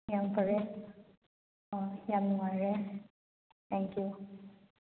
ꯌꯥꯝ ꯐꯔꯦ ꯍꯣꯏ ꯌꯥꯝ ꯅꯨꯡꯉꯥꯏꯔꯦ ꯊꯦꯡ ꯌꯨ